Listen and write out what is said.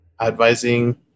advising